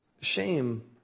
shame